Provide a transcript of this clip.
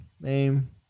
name